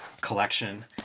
collection